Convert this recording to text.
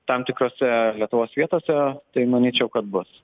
tam tikrose lietuvos vietose tai manyčiau kad bus